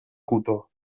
cotó